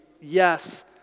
yes